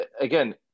again